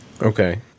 Okay